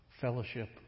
fellowship